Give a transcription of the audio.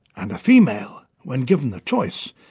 and a female, when given the choice,